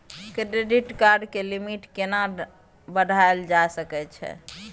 Credit card के limit केना बढायल जा सकै छै?